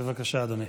חטופים או שבויים,